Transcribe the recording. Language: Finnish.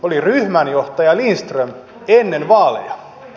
oli ryhmänjohtaja lindström ennen vaaleja